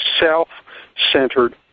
self-centered